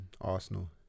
Arsenal